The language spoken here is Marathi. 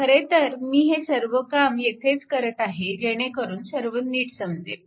खरेतर मी हे सर्व काम येथेच करत आहे जेणेकरून सर्व नीट समजेल